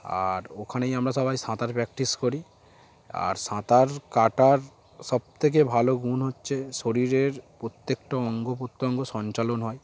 আর ওখানেই আমরা সবাই সাঁতার প্র্যাকটিস করি আর সাঁতার কাটার সবথেকে ভালো গুণ হচ্ছে শরীরের প্রত্যেকটা অঙ্গ প্রত্যঙ্গ সঞ্চালন হয়